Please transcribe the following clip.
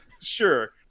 sure